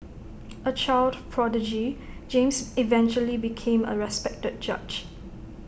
A child prodigy James eventually became A respected judge